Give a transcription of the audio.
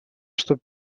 что